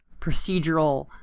procedural